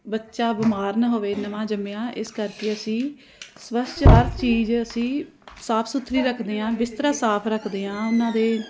ਬੱਚਾ ਬਿਮਾਰ ਨਾ ਹੋਵੇ ਨਵਾਂ ਜੰਮਿਆ ਇਸ ਕਰਕੇ ਅਸੀਂ ਸਵੱਛ ਹਰ ਚੀਜ਼ ਅਸੀਂ ਸਾਫ਼ ਸੁਥਰੀ ਰੱਖਦੇ ਹਾਂ ਬਿਸਤਰਾ ਸਾਫ਼ ਰੱਖਦੇ ਹਾਂ ਉਹਨਾਂ ਦੇ